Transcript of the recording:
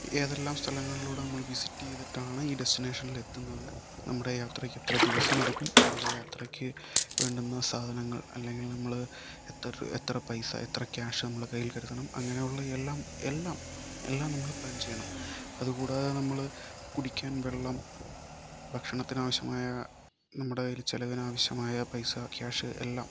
ഏതെല്ലാം സ്ഥലങ്ങളിലൂടെ നമ്മൾ വിസിറ്റ് ചെയ്തിട്ടാണ് ഈ ഡെസ്റ്റിനേഷനിൽ എത്തുന്നത് നമ്മുടെ യാത്രയ്ക്ക് എത്ര ദിവസം എടുക്കും നമ്മുടെ യാത്രയ്ക്ക് വേണ്ടുന്ന സാധനങ്ങൾ അല്ലെങ്കിൽ നമ്മള് എത്ര പൈസ എത്ര ക്യാഷ് നമ്മൾ കയ്യിൽ കരുതണം അങ്ങനെയുള്ള എല്ലാം എല്ലാം എല്ലാം നമ്മൾ പ്ലാൻ ചെയ്യണം അതുകൂടാതെ നമ്മള് കുടിക്കാൻ വെള്ളം ഭക്ഷണത്തിന് ആവശ്യമായ നമ്മുടെ കയ്യിൽ ചിലവിന് ആവശ്യമായ പൈസ ക്യാഷ് എല്ലാം